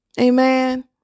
Amen